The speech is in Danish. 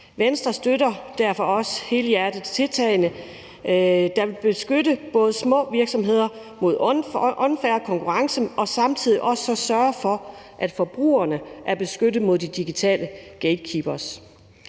Venstre støtter derfor også helhjertet tiltagene, der både vil beskytte små virksomheder mod unfair konkurrence, men samtidig også sørge for, at forbrugerne er beskyttet mod de digitale gatekeepere.